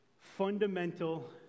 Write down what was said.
fundamental